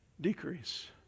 decrease